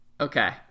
Okay